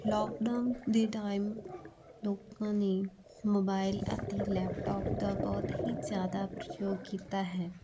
lockdown ਦੇ time ਲੋਕਾਂ ਨੇ ਮੋਬਾਇਲ ਅਤੇ ਲੈਪਟਾਪ ਦਾ ਬਹੁਤ ਹੀ ਜ਼ਿਆਦਾ ਪ੍ਰਯੋਗ ਕੀਤਾ ਹੈ